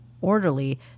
orderly